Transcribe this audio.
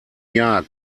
jahr